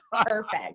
perfect